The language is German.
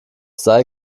sei